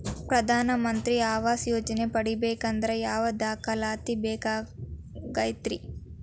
ಪ್ರಧಾನ ಮಂತ್ರಿ ಆವಾಸ್ ಯೋಜನೆ ಪಡಿಬೇಕಂದ್ರ ಯಾವ ದಾಖಲಾತಿ ಬೇಕಾಗತೈತ್ರಿ?